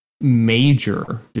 major